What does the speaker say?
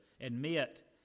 admit